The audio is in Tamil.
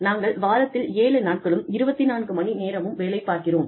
நாங்கள் வாரத்தில் 7 நாட்களும் 24 மணி நேரமும் வேலைப் பார்க்கிறோம்